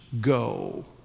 go